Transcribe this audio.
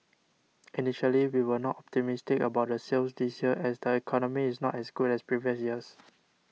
initially we were not optimistic about the sales this year as the economy is not as good as previous years